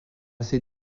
ses